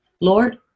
Lord